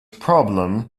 problem